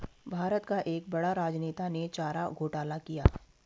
भारत का एक बड़ा राजनेता ने चारा घोटाला किया